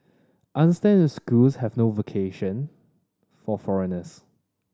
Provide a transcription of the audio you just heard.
I understand if schools have no vacation for foreigners